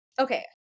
okay